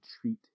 treat